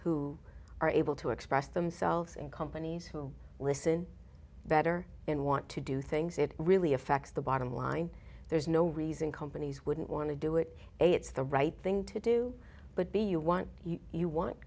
who are able to express themselves in companies who listen better and want to do things it really affects the bottom line there's no reason companies wouldn't want to do it it's the right thing to do but b you want you